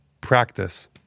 practice